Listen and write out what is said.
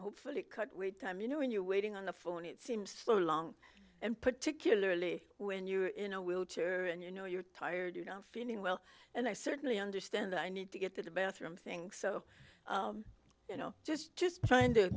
hopefully cut with time you know when you're waiting on the phone it seems slow long and particularly when you're in a wheelchair and you know you're tired you're not feeling well and i certainly understand i need to get to the bathroom thing so you know just just trying to